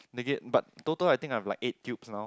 they gave but total I think I have like eight tubes now